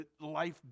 life